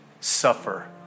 suffer